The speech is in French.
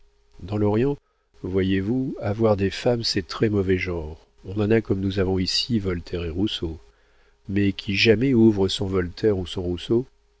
dans l'orient voyez-vous avoir des femmes c'est très mauvais genre on en a comme nous avons ici voltaire et rousseau mais qui jamais ouvre son voltaire ou son rousseau